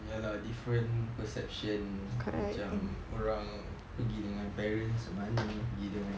ya lah different perception macam orang pergi dengan parents mana pergi dengan